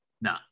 No